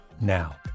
now